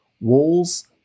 walls